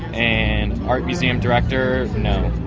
and art museum director no.